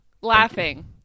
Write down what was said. Laughing